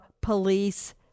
Police